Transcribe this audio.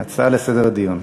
הצעה לסדר הדיון.